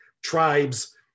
Tribes